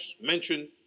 mentioned